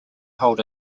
hold